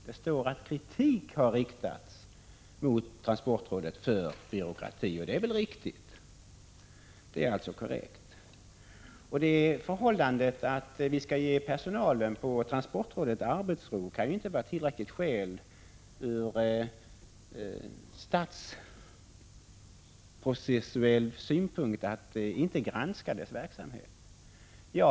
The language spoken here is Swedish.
Det står att rådet har varit ”utsatt för kritik för att vara byråkratiskt” — och det är korrekt. Det förhållandet att vi skall ge personalen på transportrådet arbetsro kan inte vara ett tillräckligt skäl ur statsprocessuell synpunkt att inte granska dess verksamhet.